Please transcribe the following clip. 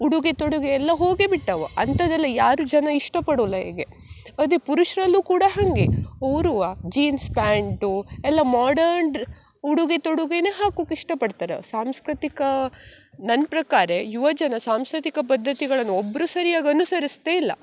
ಉಡುಗೆ ತೊಡುಗೆ ಎಲ್ಲ ಹೋಗೆ ಬಿಟ್ಟವೆ ಅಂಥದೆಲ್ಲ ಯಾರೂ ಜನ ಇಷ್ಟಪಡುಲ್ಲ ಹೀಗೆ ಅದೇ ಪುರುಷರಲ್ಲೂ ಕೂಡ ಹಾಗೆ ಅವ್ರೂ ಜೀನ್ಸ್ ಪ್ಯಾಂಟು ಎಲ್ಲ ಮಾಡರ್ನ್ ಡ್ರ ಉಡುಗೆ ತೊಡುಗೆನೇ ಹಾಕುಕ್ಕೆ ಇಷ್ಟಪಡ್ತಾರ ಸಾಂಸ್ಕೃತಿಕ ನನ್ನ ಪ್ರಕಾರ ಯುವಜನ ಸಾಂಸ್ಕೃತಿಕ ಪದ್ದತಿಗಳನ್ನು ಒಬ್ಬರೂ ಸರಿಯಾಗಿ ಅನುಸರಿಸ್ತಾ ಇಲ್ಲ